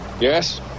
Yes